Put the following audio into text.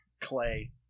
clay